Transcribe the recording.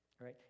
right